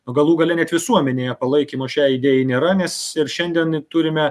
o galų gale net visuomenėje palaikymo šiai idėjai nėra nes ir šiandien turime